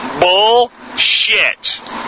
Bullshit